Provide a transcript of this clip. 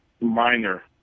minor